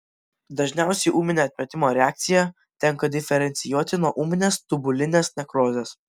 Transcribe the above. dažniausiai ūminę atmetimo reakciją tenka diferencijuoti nuo ūminės tubulinės nekrozės